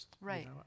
Right